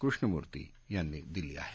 कृष्णमुर्ती यांनी दिली आहे